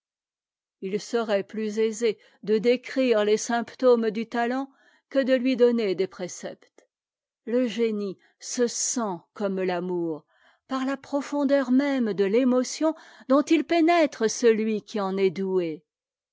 il serait plus aisé de décrire les symptômes du talent que de lui donner des préceptes te génie se sent comme l'amour par la profondeur même de l'émotion dont il pénètre celui qui en est doué